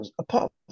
apart